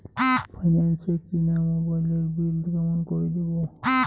Finance এ কিনা মোবাইলের বিল কেমন করে দিবো?